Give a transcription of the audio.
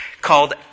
called